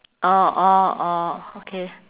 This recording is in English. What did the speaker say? orh orh orh okay